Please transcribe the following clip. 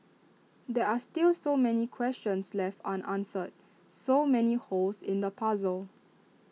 there are still so many questions left unanswered so many holes in the puzzle